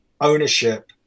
ownership